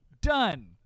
Done